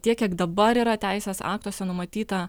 tiek kiek dabar yra teisės aktuose numatyta